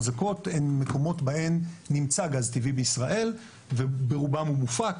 חזקות הם מקומות בהם נמצא גז טבעי בישראל וברובם הוא מופק.